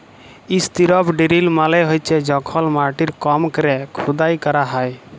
strip drill মালে হছে যখল মাটির কম ক্যরে খুদাই ক্যরা হ্যয়